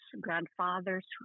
grandfathers